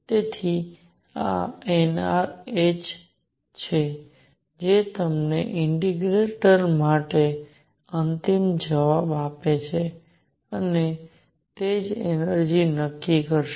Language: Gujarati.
તેથી આ nrh છે જે તમને ઇન્ટિગ્રલ માટે અંતિમ જવાબ આપે છે અને તે જ એનર્જિ નક્કી કરશે